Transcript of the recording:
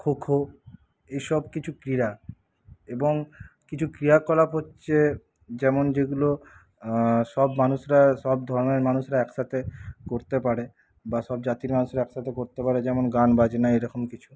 খোখো এসব কিছু ক্রীড়া এবং কিছু ক্রিয়াকলাপ হচ্ছে যেমন যেগুলো সব মানুষরা সব ধরণের মানুষরা একসাথে করতে পারে বা সব জাতির মানুষরা একসাথে করতে পারে যেমন গান বাজনা এরকম কিছু